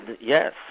Yes